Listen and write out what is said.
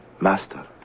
Master